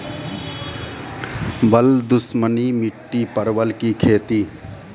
बल दुश्मनी मिट्टी परवल की खेती?